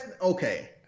Okay